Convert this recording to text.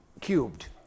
cubed